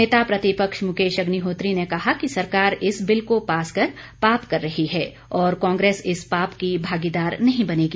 नेता प्रतिपक्ष मुकेश अग्निहोत्री ने कहा कि सरकार इस बिल को पास कर पाप कर रही है और कांग्रेस इस पाप की भागीदार नहीं बनेगी